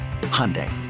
Hyundai